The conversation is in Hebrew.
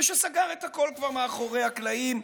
ושסגר את הכול כבר מאחורי הקלעים,